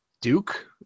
Duke